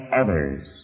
others